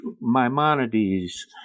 Maimonides